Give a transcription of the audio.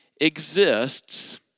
exists